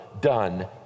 done